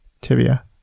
tibia